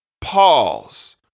pause